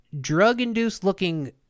drug-induced-looking